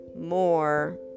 more